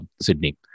Sydney